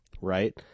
right